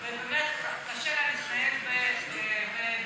ובאמת קשה לה להתנהל בקהילה.